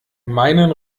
meinen